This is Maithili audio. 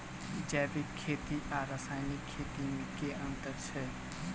जैविक खेती आ रासायनिक खेती मे केँ अंतर छै?